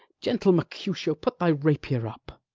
gentle mercutio, put thy rapier up.